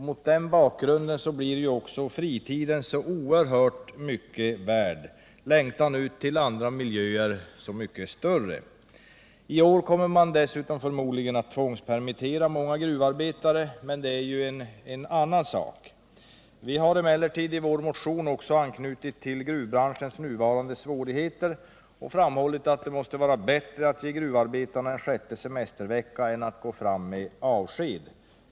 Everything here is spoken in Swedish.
Mot den bakgrunden blir fritiden så oerhört mycket värd, längtan ut till andra miljöer så mycket större. I år kommer man förmodligen att tvångspermittera många gruvarbetare, men det är en annan sak. Vi har emellertid i vår motion anknutit till gruvbranschens nuvarande svårigheter och framhållit att det måste vara bättre att ge gruvarbetarna en sjätte semestervecka än att gå fram med avsked.